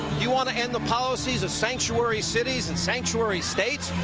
you want ah and the policies of sanctuary cities and sanctuary states?